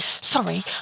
Sorry